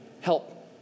Help